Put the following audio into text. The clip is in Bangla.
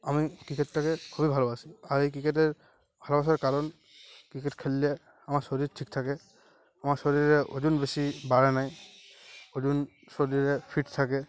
আমি ক্রিকেটটাকে খুবই ভালোবাসি আর এই ক্রিকেটের ভালোবাসার কারণ ক্রিকেট খেললে আমার শরীর ঠিক থাকে আমার শরীরে ওজন বেশি বাড়েনা ওজন শরীরে ফিট থাকে